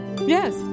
yes